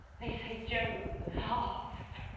they say, jove ah laughs.